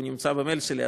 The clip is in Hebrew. הוא נמצא במייל שלי,